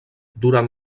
durant